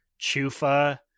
Chufa